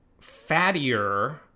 fattier